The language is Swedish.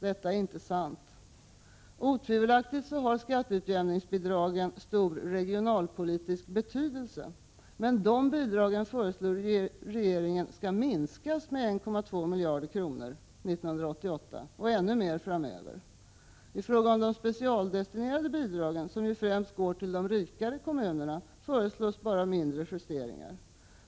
Detta är inte sant. Otvivelaktigt har skatteutjämningsbidragen stor regionalpolitisk betydelse, men de bidragen föreslår regeringen skall minskas med 1,2 miljarder kronor 1988 och ännu mer framöver. I fråga om de specialdestinerade bidragen, som främst går till de rikare kommunerna, föreslås bara mindre justeringar.